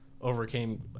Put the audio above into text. overcame